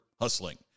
hustling